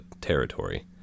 territory